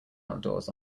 outdoors